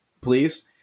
please